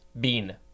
Bean